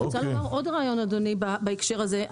אני רוצה לומר עוד רעיון, אדוני, בהקשר הזה.